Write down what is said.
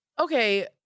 Okay